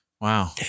Wow